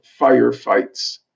firefights